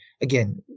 again